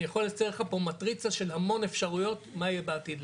אני יכול לצייר לך פה מטריצה של המון אפשרויות מה יהיה בעתיד,